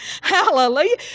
Hallelujah